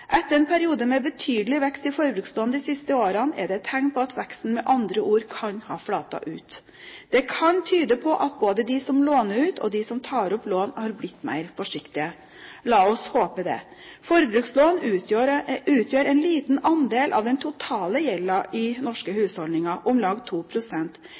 Etter en periode med betydelig vekst i forbrukslån de siste årene er det med andre ord tegn på at veksten kan ha flatet ut. Det kan tyde på at både de som låner ut, og de som tar opp lån, er blitt mer forsiktige. La oss håpe det! Forbrukslån utgjør en liten andel av den totale gjelden i norske husholdninger, om lag